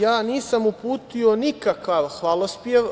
Ja nisam uputio nikakav hvalospev.